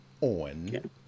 on